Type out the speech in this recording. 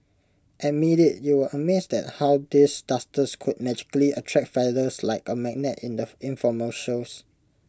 admit IT you were amazed at how these dusters could magically attract feathers like A magnet in the infomercials